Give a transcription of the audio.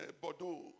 Bordeaux